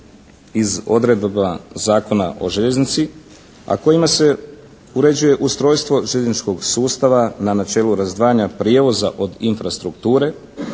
iz odredaba Zakona o željeznici, a kojima se uređuje ustrojstvo željezničkog sustava na načelu razdvajanja prijevoza od infrastrukture,